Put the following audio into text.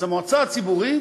אז המועצה הציבורית,